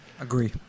Agree